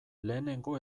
lehenengo